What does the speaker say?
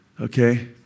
okay